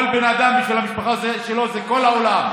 כל בן אדם, בשביל המשפחה שלו זה כל העולם.